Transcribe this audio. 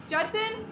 Judson